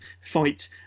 fight